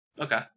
Okay